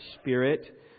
spirit